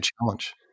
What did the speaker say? challenge